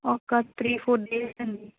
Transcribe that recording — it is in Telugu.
ఒక త్రీ ఫోర్ డేస్ అండి